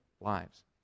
lives